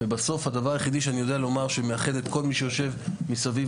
ובסוף הדבר היחידי שאני יודע לומר שמאחד את כל מי שיושב מסביב